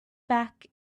back